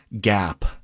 gap